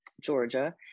Georgia